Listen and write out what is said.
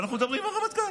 ואנחנו מדברים על הרמטכ"ל.